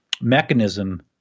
mechanism